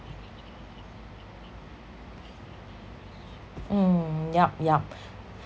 mm yup yup